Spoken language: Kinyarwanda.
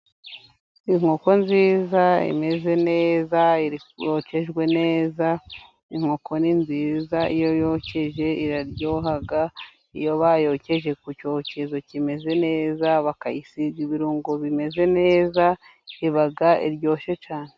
Inkoko nziza imeze neza yokejwe neza, inkoko ni nziza iyo yokejwe iraryoha, iyo bayokeje ku cyokezo kimeze neza bakayisiga ibirungo bimeze neza, iba iryoshye cyane.